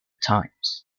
times